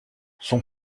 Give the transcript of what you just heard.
son